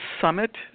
summit